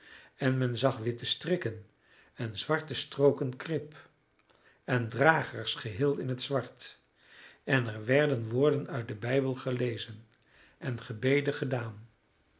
en men zag witte strikken en zwarte strooken krip en dragers geheel in het zwart en er werden woorden uit den bijbel gelezen en gebeden gedaan